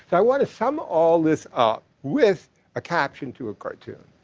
i want to sum all this up with a caption to a cartoon,